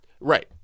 Right